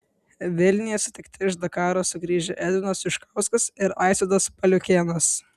vilniuje sutikti iš dakaro sugrįžę edvinas juškauskas ir aisvydas paliukėnas